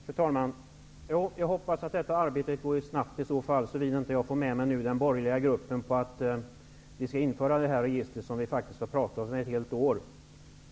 Fru talman! Jag hoppas att detta arbete i så fall går snabbt, så vida jag inte nu får med mig den borgerliga gruppen på att vi skall införa detta register som vi faktiskt har talat om under ett helt år.